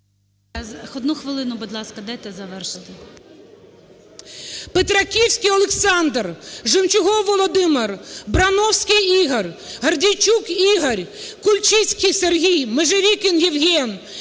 Одну хвилину, будь ласка, дайте завершити.